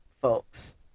folks